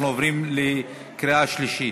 אנחנו עוברים לקריאה שלישית.